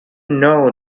know